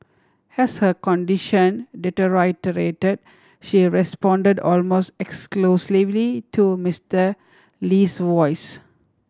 has her condition deteriorated she responded almost exclusively to Mister Lee's voice